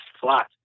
flat